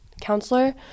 counselor